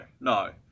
no